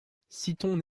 citons